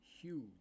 huge